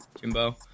Jimbo